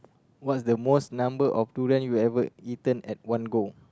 what's the most number of durian you ever eaten at one go